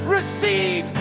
Receive